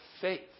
faith